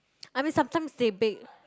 I mean sometimes they beg